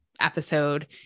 episode